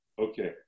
Okay